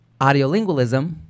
audiolingualism